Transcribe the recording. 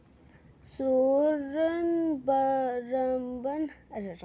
सुंदरबन में मैंग्रोव जंगलों का सफाया ही हो गया है